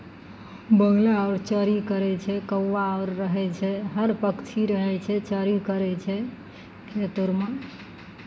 बगुला आओर चरी करै छै कौआ आओर रहै छै हर पक्षी रहै छै चरी करै छै खेत आओरमे